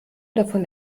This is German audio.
davon